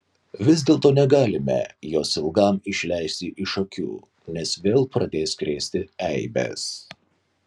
vis dėlto negalime jos ilgam išleisti iš akių nes vėl pradės krėsti eibes